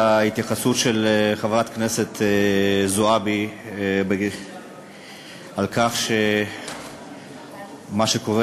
ההתייחסות של חברת הכנסת זועבי לכך שמה שקורה